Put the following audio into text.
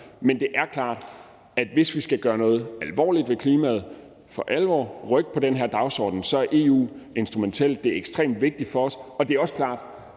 men det er klart, at hvis vi for alvor skal gøre noget ved klimaet og rykke på den her dagsorden, er EU instrumentelt. Det er ekstremt vigtigt for os, og det er også klart,